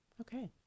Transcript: Okay